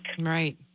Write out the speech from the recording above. Right